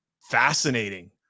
Fascinating